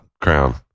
crown